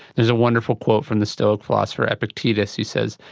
there's a wonderful quote from the stoic philosopher, epictetus, who says,